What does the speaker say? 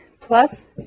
plus